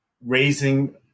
raising